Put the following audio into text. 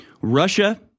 Russia